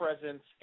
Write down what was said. presence